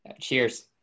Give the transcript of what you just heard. Cheers